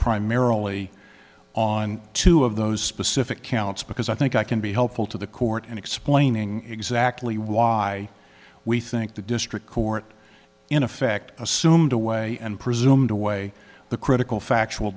primarily on two of those specific counts because i think i can be helpful to the court and explaining exactly why we think the district court in effect assumed away and presumed away the critical factual